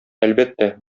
әлбәттә